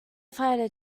fighter